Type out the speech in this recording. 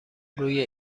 روی